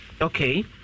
Okay